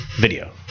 Video